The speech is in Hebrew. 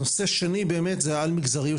נושא שני זה העל מגזריות,